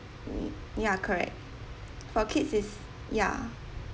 mm ya correct for kids it's ya